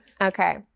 Okay